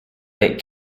that